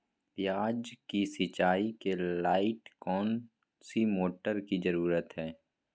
प्याज की सिंचाई के लाइट कौन सी मोटर की जरूरत है?